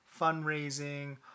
fundraising